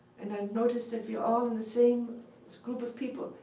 and and noticed that we're all in the same group of people.